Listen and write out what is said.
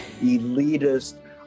elitist